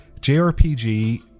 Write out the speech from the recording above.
jrpg